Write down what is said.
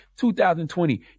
2020